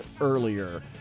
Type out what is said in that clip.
earlier